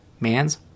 man's